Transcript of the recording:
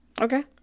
okay